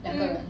mm